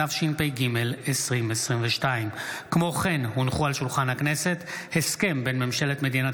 התשפ"ג 2022. הסכם בין ממשלת מדינת